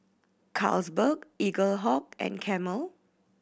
Carlsberg Eaglehawk and Camel